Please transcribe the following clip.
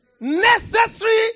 Necessary